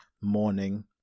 morning